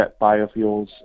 biofuels